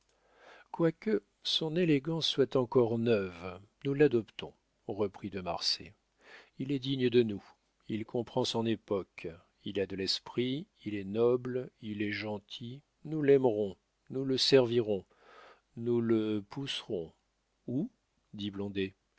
quoique son élégance soit encore neuve nous l'adoptons reprit de marsay il est digne de nous il comprend son époque il a de l'esprit il est noble il est gentil nous l'aimerons nous le servirons nous le pousserons où dit